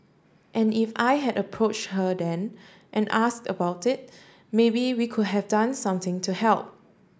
and if I had approached her then and asked about it maybe we could have done something to help